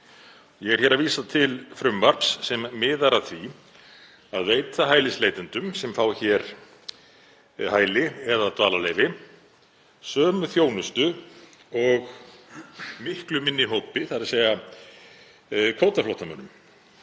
Ég er hér að vísa til frumvarps sem miðar að því að veita hælisleitendum, sem fá hér hæli eða dvalarleyfi, sömu þjónustu og miklu minni hópi, þ.e. kvótaflóttamönnum.